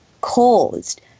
caused